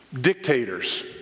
Dictators